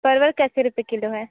परवल कैसे रूपये किलो है